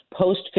post